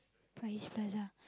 Far-East-Plaza